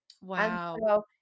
wow